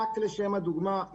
לשם הדוגמה,